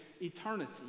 eternity